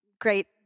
great